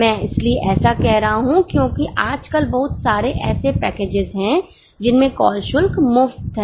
मैं इसलिए ऐसा कह रहा हूं क्योंकि आजकल बहुत सारे ऐसे पैकेजेस हैं जिनमें कॉल शुल्क मुक्त है